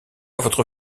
votre